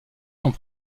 sont